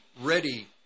ready